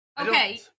Okay